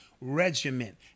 regiment